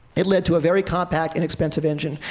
it led to a very compact, inexpensive engine,